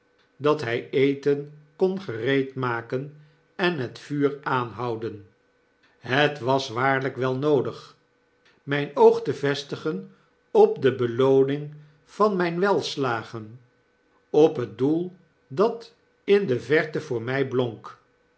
dat hy eten kon gereedmaken en het vuur aanhouden het was waarlijk wel noodig myn oog te vestigen op de belooning van myn welslagen op het doel dat indeverte voor my blonk